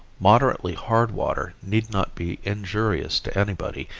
moderately hard water need not be injurious to anybody,